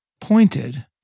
pointed